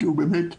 כי הוא באמת קריטי.